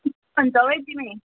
भन्छौ है तिमी